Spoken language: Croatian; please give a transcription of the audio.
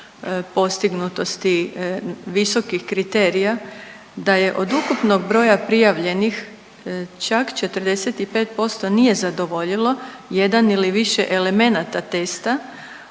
postignutosti visokih kriterija da je od ukupnog broja prijavljenih čak 45% nije zadovoljilo jedan ili više elemenata testa